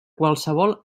qualsevol